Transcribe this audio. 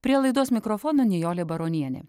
prielaidos mikrofono nijolė baronienė